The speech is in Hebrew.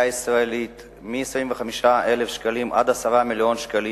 הישראלית מ-25,000 שקלים עד 10 מיליוני שקלים,